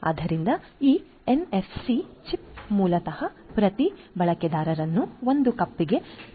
ಆದ್ದರಿಂದ ಈ NFC chips ಮೂಲತಃ ಪ್ರತಿ ಬಳಕೆದಾರರನ್ನು ಒಂದು ಕಪ್ಗೆ ಸಂಪರ್ಕಿಸಲು ಸಹಾಯ ಮಾಡುತ್ತದೆ